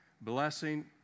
blessing